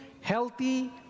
healthy